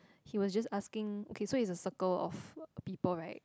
he was just asking okay so it's a circle of people right